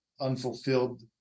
Unfulfilled